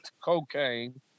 cocaine